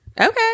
Okay